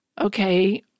okay